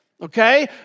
Okay